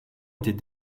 était